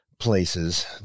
places